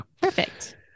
perfect